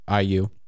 IU